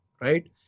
Right